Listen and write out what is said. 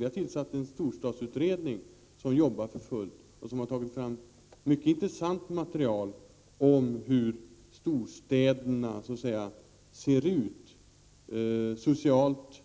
Vi har tillsatt en storstadsutredning, som jobbar för fullt och som har tagit fram mycket intressant material om hur storstäderna ”ser ut” — socialt,